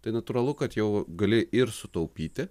tai natūralu kad jau gali ir sutaupyti